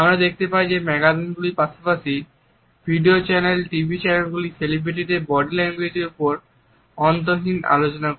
আমরা দেখতে পাই যে ম্যাগাজিনগুলির পাশাপাশি ভিডিও চ্যানেল টিভি চ্যানেলগুলি সেলিব্রিটিদের বডি ল্যাঙ্গুয়েজের উপর অন্তহীন আলোচনা করে